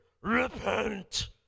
repent